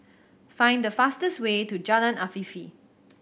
find the fastest way to Jalan Afifi